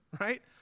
right